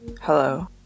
Hello